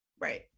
Right